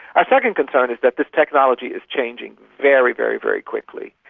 a second concern is that this technology is changing very, very very quickly,